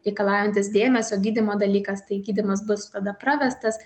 reikalaujantis dėmesio gydymo dalykas tai gydymas bus tada pravestas